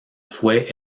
fue